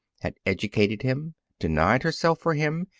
had educated him, denied herself for him,